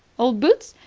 old boots?